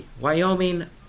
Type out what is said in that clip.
Wyoming